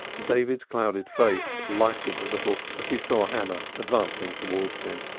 david's clouded face lightened a little as he saw hannah advancing towards him.